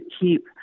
keep